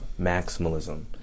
maximalism